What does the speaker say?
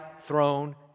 throne